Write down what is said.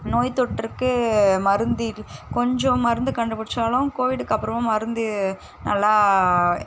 நோய் தொற்றுக்கும் மருந்து இல்லை கொஞ்சம் மருந்து கண்டு பிடிச்சாலும் கோவிடுக்கும் அப்புறமா மருந்து நல்லா